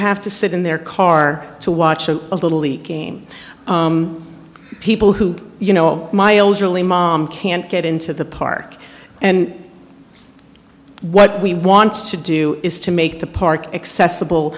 have to sit in their car to watch a little league game people who you know my elderly mom can't get into the park and what we want to do is to make the park accessible